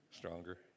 stronger